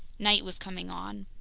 night was coming on.